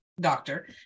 doctor